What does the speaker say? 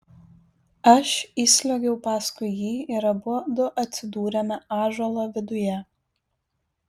aš įsliuogiau paskui jį ir abudu atsidūrėme ąžuolo viduje